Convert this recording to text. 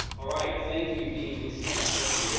all right. thank you, dean lushniak. thank you.